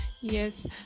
Yes